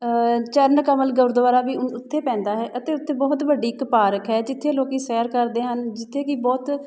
ਚਰਨ ਕੰਵਲ ਗੁਰਦੁਆਰਾ ਵੀ ਉ ਉੱਥੇ ਪੈਂਦਾ ਹੈ ਅਤੇ ਉੱਥੇ ਬਹੁਤ ਵੱਡੀ ਇੱਕ ਪਾਰਕ ਹੈ ਜਿੱਥੇ ਲੋਕ ਸੈਰ ਕਰਦੇ ਹਨ ਜਿੱਥੇ ਕਿ ਬਹੁਤ